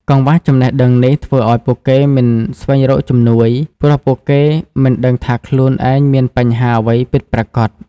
កង្វះចំណេះដឹងនេះ ធ្វើឱ្យពួកគេមិនស្វែងរកជំនួយ ព្រោះពួកគេមិនដឹងថាខ្លួនឯងមានបញ្ហាអ្វីពិតប្រាកដ។